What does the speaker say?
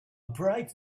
bright